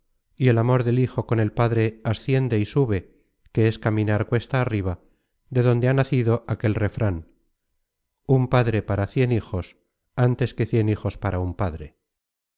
y el amor del hijo con el padre aciende y sube que es caminar cuesta arriba de donde ha nacido aquel refran un padre para cien hijos ántes que cien hijos para un padre